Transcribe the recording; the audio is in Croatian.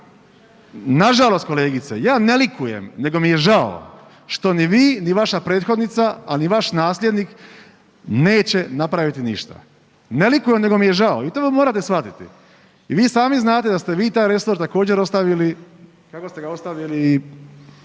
Nažalost kolegice, ja ne likujem, nego mi je žao što ni vi, ni vaša prethodnica, a ni vaš nasljednik neće napraviti ništa. Ne likujem nego mi je žao i to morate shvatiti. I vi sami znate da ste vi taj resor također ostavili kako ste ga ostavili